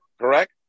correct